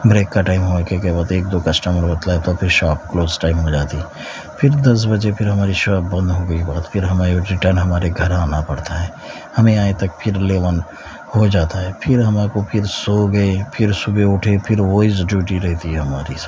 break کا time ہو کے ہوتے ہی دو کسٹمر بتلائے تو پھر شاپ کلوز ٹائم ہو جاتی پھر دس بجے پھر ہماری شاپ بند ہو گئی اور پھر ہمارے ریٹن ہمارے گھر آنا پڑتا ہے ہمیں یہاں تک پھر الیون ہو جاتا ہے پھر ہمارے کو پھر سو گئے پھر صبح اٹھے وہ وہی ڈیوٹی رہتی ہے ہماری